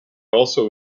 also